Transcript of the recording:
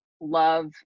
love